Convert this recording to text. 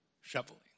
shoveling